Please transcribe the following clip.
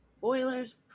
boilers